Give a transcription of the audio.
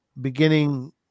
beginning